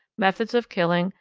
methods of killing,